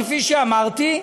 כפי שאמרתי.